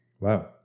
Wow